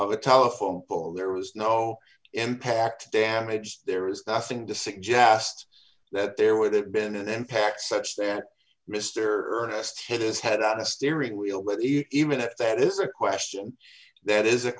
or a telephone pole there was no impact damage there is nothing to suggest that there would have been an impact such that mr ernest hit his head at the steering wheel but even if that is a question that is a